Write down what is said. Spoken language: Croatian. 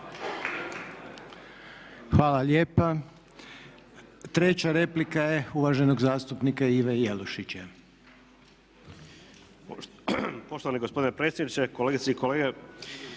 Hvala lijepa. Treća replika je uvaženog zastupnika Ive Jelušića.